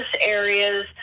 areas